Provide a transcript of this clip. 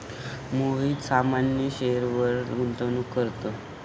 मोहित सामान्य शेअरवर गुंतवणूक करतो